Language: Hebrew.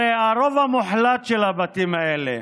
הרי הרוב המוחלט של הבתים האלה,